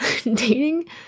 dating